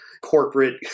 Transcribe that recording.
corporate